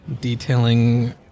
detailing